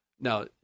Now